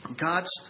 God's